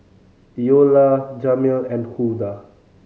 Eola Jamel and Huldah